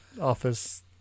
Office